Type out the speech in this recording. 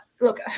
Look